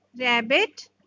rabbit